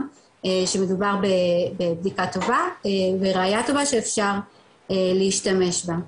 שמדובר בבדיקה טובה וראייה טובה שאפשר להשתמש בה,